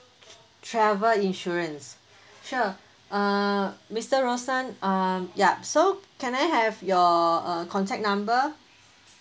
travel insurance sure err mister roshan um yup so can I have your uh contact number